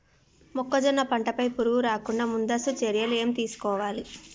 మొక్కజొన్న పంట పై పురుగు రాకుండా ముందస్తు చర్యలు ఏం తీసుకోవాలి?